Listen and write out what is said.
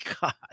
God